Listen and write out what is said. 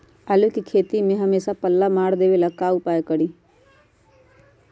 आलू के खेती में हमेसा पल्ला मार देवे ला का उपाय करी?